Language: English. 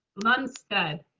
lunstead.